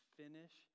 finish